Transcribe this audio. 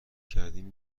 کردیم